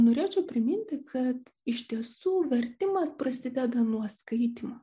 norėčiau priminti kad iš tiesų vertimas prasideda nuo skaitymo